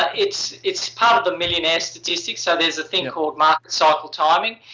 it's it's part of the millionaire's statistics. ah there's a thing called market cycle timing,